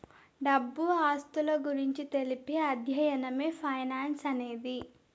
డబ్బు ఆస్తుల గురించి తెలిపే అధ్యయనమే ఫైనాన్స్ అనేది